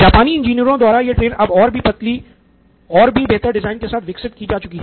जापानी इंजीनियरों द्वारा यह ट्रेन अब और भी पतली और भी बेहतर डिजाइन के साथ विकसित की जा चुकी है